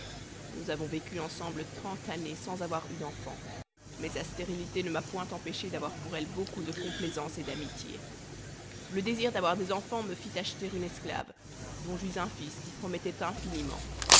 nous avons vécu ensemble trente années sans avoir eu d'enfants mais sa stérilité ne m'a point empêché d'avoir pour elle beaucoup de complaisance et d'amitié le seul désir d'avoir des enfants me fit acheter une esclave dont j'eus un fils qui promettait infiniment